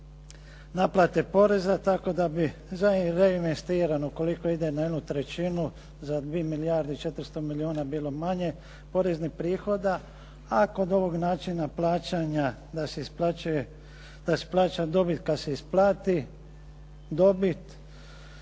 naplate poreza, tako da bi za reinvestiranu, koliko ide na jednu trećinu za dvije milijarde i 400 milijuna bilo manje poreznih prihoda, a kod ovog načina plaćanja da se plaća dobit kada se isplati dobit.